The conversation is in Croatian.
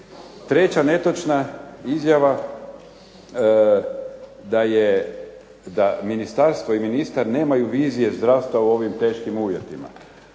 Treća netočna izjava da ministarstvo i ministar nemaju vizije zdravstva u ovim teškim uvjetima.